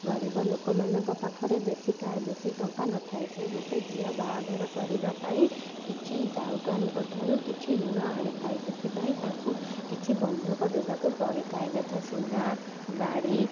ଗରିବ ଲୋକମାନଙ୍କ ପାଖରେ ବେଶୀକା ବେଶୀ ଟଙ୍କା ନଥାଏ ସେ ଗୋଟେ ଝିଅ ବାହାଘର କରିବାପାଇଁ କିଛି ସାହୁକାରଙ୍କ ଠାରୁ କିଛି ଋଣ ଆଣିଥାଏ ସେଥିପାଇଁ ତାଙ୍କୁ କିଛି ବନ୍ଧକ ଦେବାକୁ ପଡ଼ିଥାଏ ଯଥା ସୁନା ଗାଡ଼ି